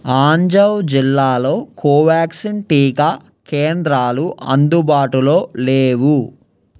ఆంజావ్ జిల్లాలో కోవాక్సిన్ టీకా కేంద్రాలు అందుబాటులో లేవు